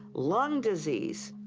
lung disease,